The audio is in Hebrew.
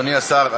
אדוני השר,